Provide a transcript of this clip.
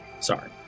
sorry